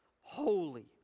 Holy